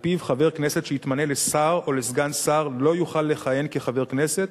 שעל-פיו חבר כנסת שהתמנה לשר או לסגן שר לא יוכל לכהן כחבר הכנסת,